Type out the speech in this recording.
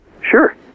Sure